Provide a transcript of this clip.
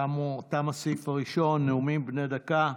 תם הסעיף הראשון, נאומים בני דקה.